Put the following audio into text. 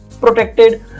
protected